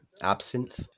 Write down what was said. Absinthe